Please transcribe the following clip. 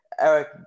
Eric